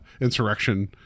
insurrection